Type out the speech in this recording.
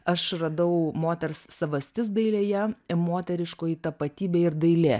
aš radau moters savastis dailėje moteriškoji tapatybė ir dailė